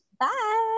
Bye